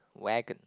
Wagon